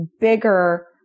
bigger